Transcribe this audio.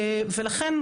ולכן,